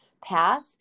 path